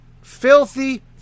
filthy